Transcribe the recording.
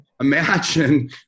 Imagine